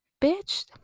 bitch